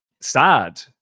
sad